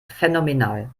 phänomenal